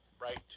right